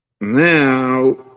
now